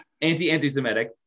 anti-anti-Semitic